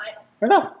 ya lah